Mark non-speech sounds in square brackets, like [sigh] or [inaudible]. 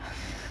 [noise]